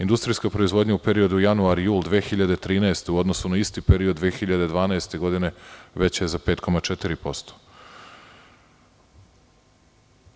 Industrijska proizvodnja u periodu januar - jul 2013. godine u odnosu na isti period 2012. godine je veća za 5,4%